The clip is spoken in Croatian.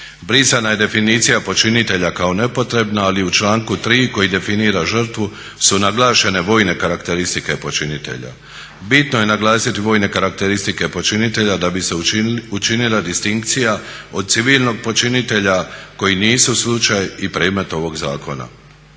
Brisana je definicija počinitelja kao nepotrebna ali u članku 3. koji definira žrtvu su naglašene vojne karakteristike počinitelja. Bitno je naglasiti vojne karakteristike počinitelja da bi se učinila distinkcija od civilnog počinitelja koji nisu slučaj i predmet ovog zakona.